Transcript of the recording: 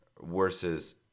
Versus